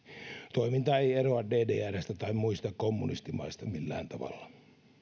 toiminta ei eroa ddrstä tai muista kommunistimaista millään tavalla